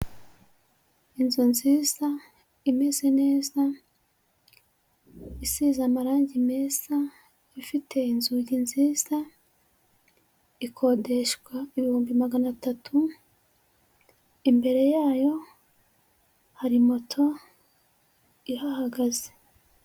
Inzu nziza, imeze neza, isize amarangi meza, ifite inzugi nziza, ikodeshwa ibihumbi magana atatu, imbere yayo, hari moto ihahagaze.